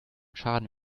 schaden